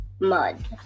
mud